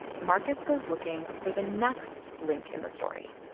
markus goes looking for the next link in the story.